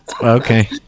okay